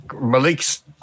malik's